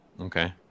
okay